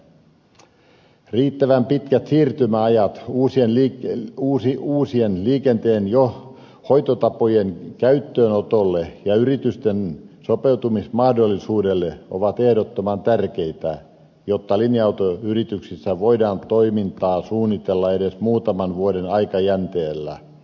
riittävän pitkät siirtymäajat uusien liikenteen hoitotapojen käyttöönotolle ja yritysten sopeutumismahdollisuudelle ovat ehdottoman tärkeitä jotta linja autoyrityksissä voidaan toimintaa suunnitella edes muutaman vuoden aikajänteellä